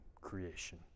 creation